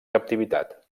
captivitat